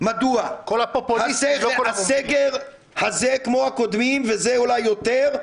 מדוע הסגר הזה כמו הקודמים, וזה אולי יותר,